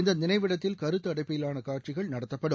இந்த நினைவிடத்தில் கருத்து அடைப்படையிலான காட்சிகள் நடத்தப்படும்